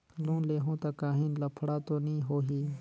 Loan लेहूं ता काहीं लफड़ा तो नी होहि?